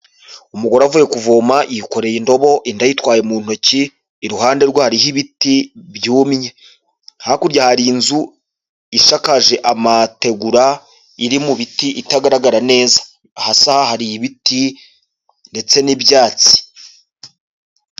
Umugore avuye kuvoma yikoreye indobo indi ayitwaye mu ntoki iruhande rwariho ibiti byumye, hakurya hari nzu ishakaje amategura iri mu biti itagaragara neza hasi hari ibiti ndetse n'ibyatsi.